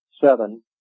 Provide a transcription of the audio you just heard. seven